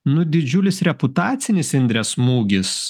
nu didžiulis reputacinis indre smūgis